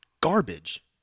garbage